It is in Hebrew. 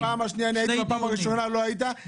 בפעם השנייה הייתי, בפעם הראשונה לא היית.